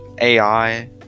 AI